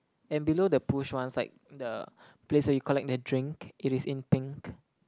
and below the push once like the place where you collect the drink it is in pink